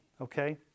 Okay